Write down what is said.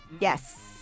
Yes